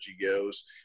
goes